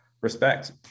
respect